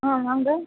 ஆ வாங்க